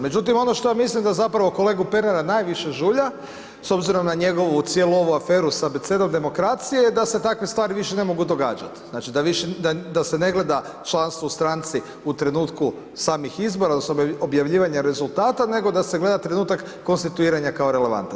Međutim, ono što ja mislim da zapravo kolegu Pernara najviše žulja, s obzirom na njegovu cijelu ovu aferu s Abecedom demokracije, da se takve stvari više ne mogu događat, znači da više, da se ne gleda članstvo u stranci u trenutku samih izbora, da se objavljivanje rezultata, nego da se gleda trenutak konstituiranja kao relevantan.